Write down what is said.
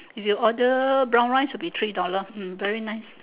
if you order brown rice will be three dollar hmm very nice